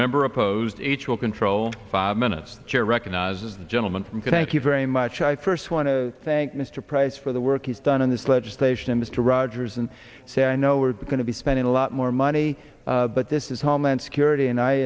a member opposed each will control five minutes chair recognizes the gentleman from kentucky very much i first want to thank mr price for the work he's done on this legislation and mr rogers and say i know we're going to be spending a lot more money but this is homeland security and i